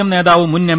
M നേതാവും മുൻ M